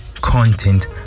content